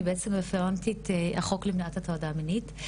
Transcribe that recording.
אני בעצם רפרנטית החוק למניעת הטרדה מינית.